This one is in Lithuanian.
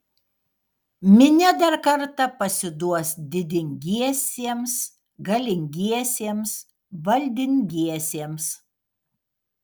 minia dar kartą pasiduos didingiesiems galingiesiems valdingiesiems